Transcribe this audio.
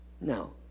No